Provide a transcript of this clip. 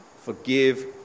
forgive